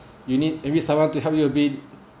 you need you need someone to help you a bit